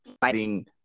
fighting